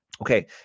Okay